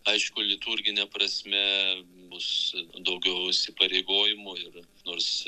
aišku liturgine prasme bus daugiau įsipareigojimų ir nors